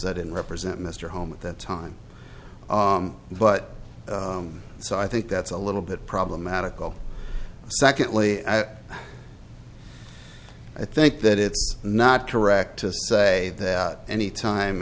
that in represent mr holm at that time but so i think that's a little bit problematical secondly at i think that it's not correct to say that any time